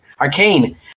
Arcane